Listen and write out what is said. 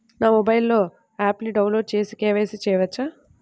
నా మొబైల్లో ఆప్ను డౌన్లోడ్ చేసి కే.వై.సి చేయచ్చా?